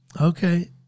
Okay